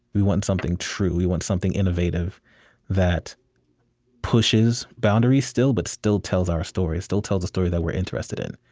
we want something true we want something innovative that pushes boundaries still, but still tells our story, still tells a story that we're interested in,